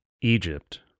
Egypt